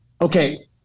okay